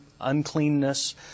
uncleanness